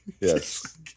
Yes